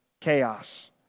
chaos